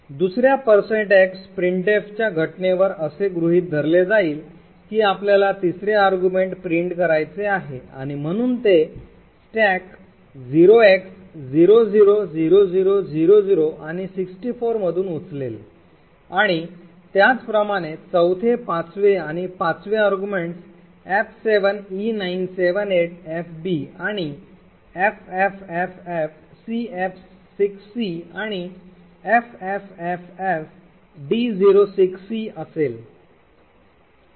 दुसर्या x printf च्या घटनेवर असे गृहित धरले जाईल की आपल्याला तिसरे अर्ग्युमेंट प्रिंट करायचे आहे आणि म्हणून ते स्टॅक 0x000000 आणि 64 मधून उचलेल आणि त्याचप्रमाणे चौथे पाचवे आणि पाचवे arguments f7e978fb आणि ffffcf6c आणि ffffd06c असेल